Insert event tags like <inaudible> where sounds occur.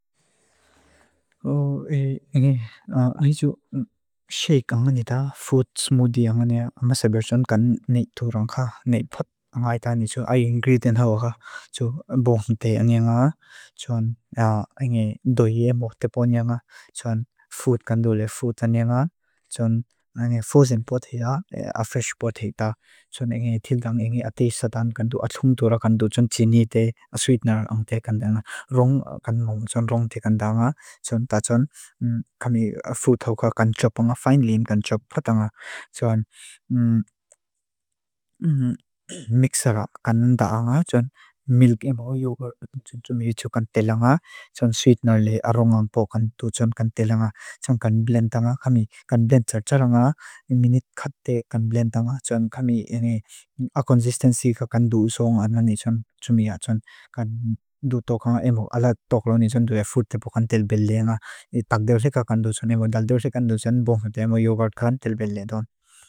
<hesitation> Íngi, ángi chú xéik ángani tá, food smoothie ángani á, masabér chún kan neit tóorángká, neit pát ángáitáani chú ái ingridient hauáká. Chú bóng te ángi á, chún <hesitation> ángi doié móh te poni ánga, chún food kan tóole, food tani ánga, chún ángi frozen potato, a fresh potato, chún íngi tilgáng íngi a taste satán kan tóo, a tóong tóora kan tóo, chún tiní te, a sweetener áng te kan tóonga, rong kan nóng, chún rong te kan tóonga, chún tá chún kami, a food hauká kan choppánga, a fine lime kan choppáta ánga, chún <hesitation> mixera kan nda ánga, chún milk imó yoghurt chún chúmí chú kan tél ánga, chún sweetenerle a rong ángpó kan tú chún kan tél ánga, chún kan blend ánga, kami kan blend tsar tsar ánga, íngi neit kát te kan blend ánga, chún kami íngi a consistency ka kan dú sóonga ángani chún chúmí ánga, chún du tóoká ánga imó alá tóoká ángani chún dué a fruite po kan tél belle ánga, ták déuse ka kan dúse ánga imó dál déuse kan dúse ánga imó yoghurt kan tél belle ánga.